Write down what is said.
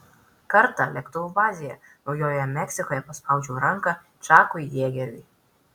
kartą lėktuvų bazėje naujojoje meksikoje paspaudžiau ranką čakui jėgeriui